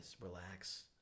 relax